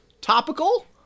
topical